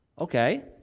Okay